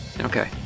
Okay